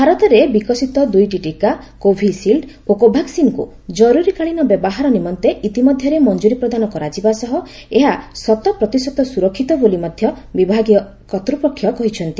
ଭାରତରେ ବିକଶିତ ଦୁଇଟି ଟିକା କୋଭିସିଲ୍ଡ ଓ କୋଭାକ୍ସିନ୍କୁ କରୁରୀକାଳୀନ ବ୍ୟବହାର ନିମନ୍ତେ ଇତିମଧ୍ୟରେ ମଞ୍ଜୁରୀ ପ୍ରଦାନ କରାଯିବା ସହ ଏହା ଶତପ୍ରତିଶତ ସୁରକ୍ଷିତ ବୋଲି ମଧ୍ୟ ବିଭାଗୀୟ କର୍ତ୍ତୃପକ୍ଷ କହିଛନ୍ତି